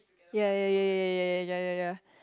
ya ya ya ya ya ya ya ya ya